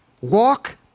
Walk